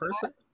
person